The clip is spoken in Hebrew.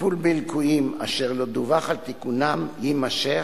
הטיפול בליקויים אשר לא דווח על תיקונם יימשך,